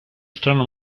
strano